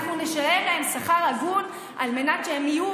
נשלם להם שכר הגון על מנת שהם יהיו